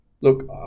Look